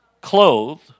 clothed